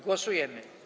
Głosujemy.